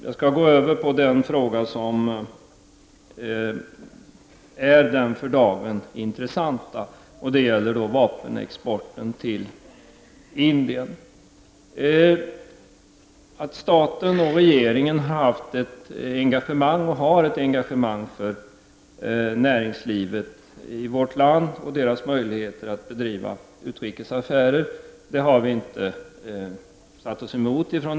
Jag skall gå över till den fråga som är den för dagen intressanta, nämligen vapenexporten till Indien. Att staten och regeringen har haft och har ett engagemang för vårt näringsliv med tanke på näringslivets möjligheter att bedriva utrikes affärer har utskottet inte kritiserat.